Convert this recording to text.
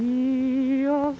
yeah